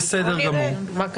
בואו נראה מה כתוב.